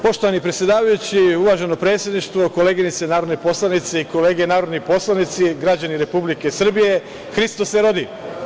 Poštovani predsedavajući, uvaženo predsedništvo, koleginice i kolege narodni poslanici, građani Republike Srbije, Hristos se rodi.